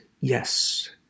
Yes